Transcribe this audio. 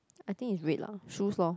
I think it's red lah shoes lor